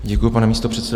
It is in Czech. Děkuji, pane místopředsedo.